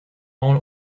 own